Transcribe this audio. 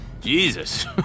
Jesus